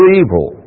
evil